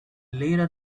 later